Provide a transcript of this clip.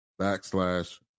backslash